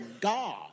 God